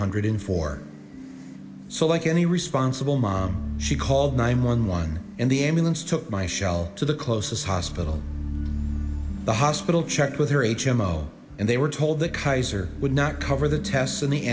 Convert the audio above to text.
hundred in four so like any responsible mom she called nine one one and the ambulance took my show to the closest hospital the hospital checked with their h m o and they were told that kaiser would not cover the tests in the